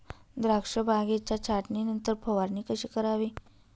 द्राक्ष बागेच्या छाटणीनंतर फवारणी कशी करावी?